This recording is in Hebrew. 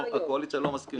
הקואליציה לא מסכימה.